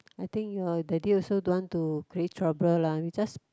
I think your daddy also don't want to create trouble lah we just